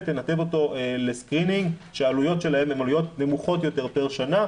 לנתב אותו לסקרינינג שהעלויות שלהן הן עלויות נמוכות יותר פר שנה,